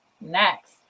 next